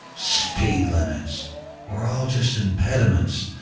speed limits were all just impediments,